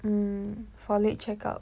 mm for late check out